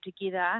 together